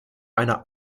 einer